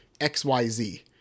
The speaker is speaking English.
XYZ